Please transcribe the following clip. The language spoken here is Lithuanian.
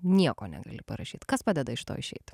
nieko negali parašyt kas padeda iš to išeit